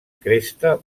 cresta